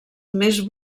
més